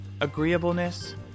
agreeableness